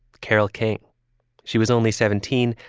carole king she was only seventeen,